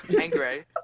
Angry